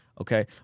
okay